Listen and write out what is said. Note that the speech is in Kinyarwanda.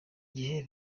gihe